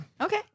okay